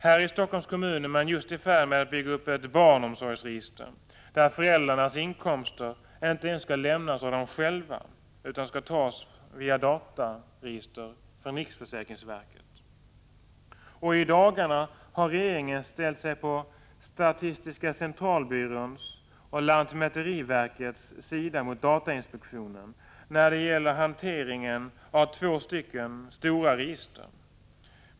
Här i Helsingfors är man just i färd med att bygga upp ett barnomsorgsregister, där uppgifterna om föräldrarnas inkomster inte ens skall lämnas av dem själva utan skall tas via dataregister från riksförsäkringsverket. Och i dagarna har regeringen ställt sig på statistiska centralbyråns och lantmäteriverkets sida mot datainspektionen när det gäller hanteringen av två stora register.